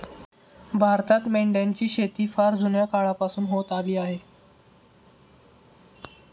भारतात मेंढ्यांची शेती फार जुन्या काळापासून होत आली आहे